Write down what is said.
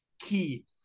key